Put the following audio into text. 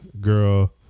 Girl